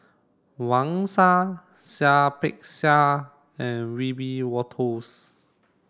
Wang Sha Seah Peck Seah and Wiebe Wolters